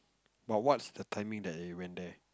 but what's the timing that you went there